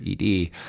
ED